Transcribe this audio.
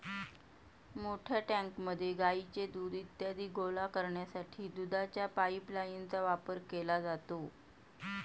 मोठ्या टँकमध्ये गाईचे दूध इत्यादी गोळा करण्यासाठी दुधाच्या पाइपलाइनचा वापर केला जातो